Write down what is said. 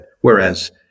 whereas